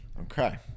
Okay